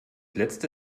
letzte